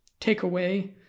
takeaway